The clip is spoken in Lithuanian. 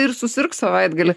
ir susirgs savaitgalį